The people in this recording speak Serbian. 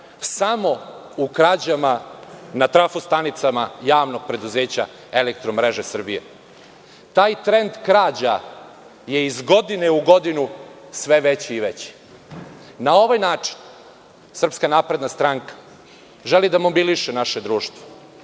samo u krađamo na trafo stanicama Javnog preduzeća „Elektromreže Srbije“. Taj trend krađa je iz godine u godinu sve veći i veći. Na ovaj način SNS želi da mobiliše naše društvo.